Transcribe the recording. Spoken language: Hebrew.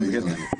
כן, בגלל זה.